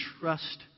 trust